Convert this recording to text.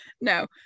no